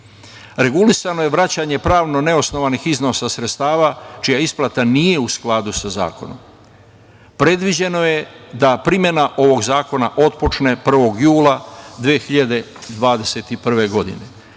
Regulisano je vraćanje pravno neosnovanih iznosa sredstava čija isplata nije u skladu sa zakonom. Predviđeno da primena ovog zakona otpočne 1. jula 2021. godine. Izmene